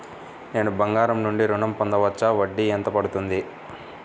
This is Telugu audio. నేను బంగారం నుండి ఋణం పొందవచ్చా? వడ్డీ ఎంత పడుతుంది?